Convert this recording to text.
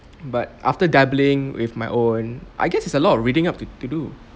but after dabbling with my own I guess it's a lot of reading up to to do